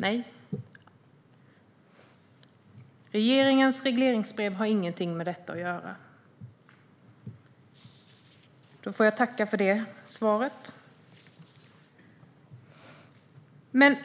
Nej, är svaret. Regeringens regleringsbrev har ingenting med detta att göra. Då får jag tacka för det svaret. Men